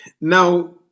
Now